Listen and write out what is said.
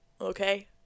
Okay